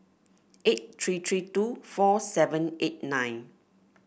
eight three three two four seven eight nine